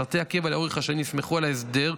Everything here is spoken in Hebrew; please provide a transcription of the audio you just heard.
משרתי הקבע לאורך השנים נסמכו על ההסדר,